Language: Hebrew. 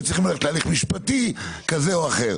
הם צריכים ללכת להליך משפטי כזה או אחר.